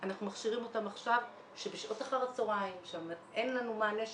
אנחנו מכשירים אותם עכשיו שבשעות אחר הצהריים כשאין לנו מענה שלנו,